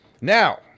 Now